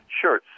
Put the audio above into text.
Sure